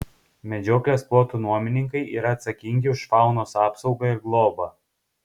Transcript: medžioklės plotų nuomininkai yra atsakingi už faunos apsaugą ir globą